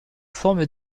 forme